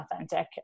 authentic